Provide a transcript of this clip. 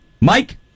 Mike